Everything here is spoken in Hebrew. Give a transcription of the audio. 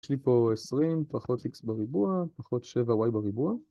יש לי פה 20 פחות x בריבוע פחות 7y בריבוע